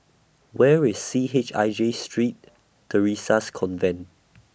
Where IS C H I J Street Theresa's Convent